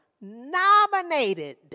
nominated